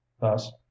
thus